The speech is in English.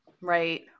Right